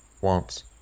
Once